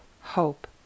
hope